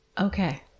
Okay